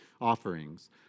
offerings